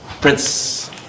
Prince